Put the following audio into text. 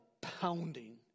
pounding